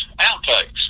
outtakes